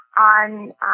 on